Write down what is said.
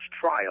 trial